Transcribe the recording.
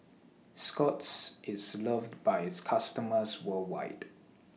Scott's IS loved By its customers worldwide